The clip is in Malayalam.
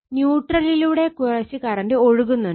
ന്യൂട്രലിലൂടെ കുറച്ച് കറണ്ട് ഒഴുകുന്നുണ്ട്